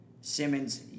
Simmons